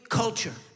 culture